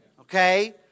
Okay